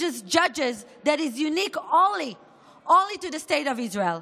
the judges that is unique only to state of Israel.